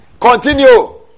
Continue